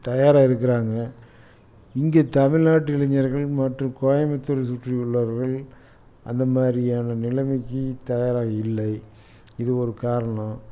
தயாராக இருக்கிறாங்க இங்கே தமிழ்நாட்டு இளைஞர்கள் மற்றும் கோயம்புத்தூரை சுற்றி உள்ளவர்கள் அந்த மாதிரியான நிலைமைக்கு தயாராக இல்லை இது ஒரு காரணம்